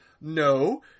No